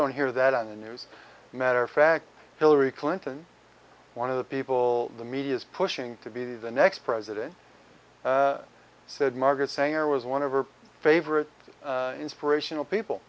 don't hear that on the news matter fact hillary clinton one of the people the media is pushing to be the next president said margaret sanger was one of her favorite inspirational people